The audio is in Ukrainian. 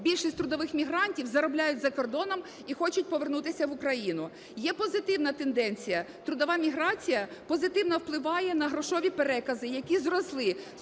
більшість трудових мігрантів заробляють за кордоном і хочуть повернутися в Україну. Є позитивна тенденція, трудова міграція позитивно впливає на грошові перекази, які зросли